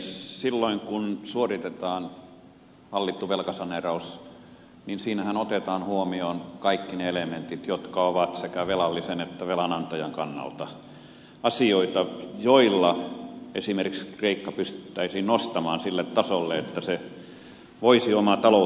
silloin kun suoritetaan hallittu velkasaneeraus siinähän otetaan huomioon kaikki ne elementit sekä velallisen että velanantajan kannalta joilla esimerkiksi kreikka pystyttäisiin nostamaan sille tasolle että se voisi omaa talouttaan hoitaa